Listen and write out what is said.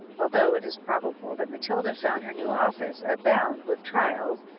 although it is probable that matilda found her new office abound with trials,